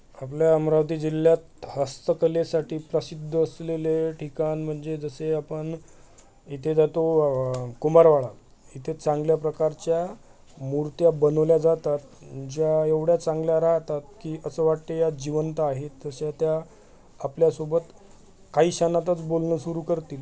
आपल्या अमरावती जिल्ह्यात हस्तकलेसाठी प्रसिद्ध असलेले ठिकाण म्हणजे जसे आपण इथे जातो कुंभारवाडा इथे चांगल्या प्रकारच्या मूर्त्या बनवल्या जातात ज्या एवढ्या चांगल्या राहतात की असं वाटते या जिवंत आहेत तशा त्या आपल्यासोबत काही क्षणातच बोलणं सुरू करतील